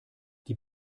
die